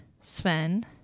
Sven